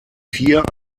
vier